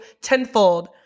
tenfold